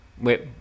Wait